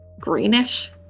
Greenish